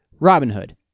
Robinhood